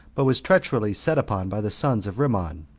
but was treacherously set upon by the sons of rimmon,